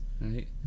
Right